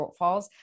shortfalls